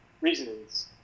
reasonings